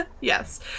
Yes